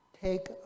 take